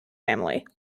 family